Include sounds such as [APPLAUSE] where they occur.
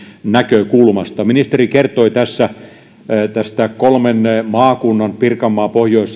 näkökulmasta ministeri kertoi kolmen maakunnan pirkanmaan pohjois [UNINTELLIGIBLE]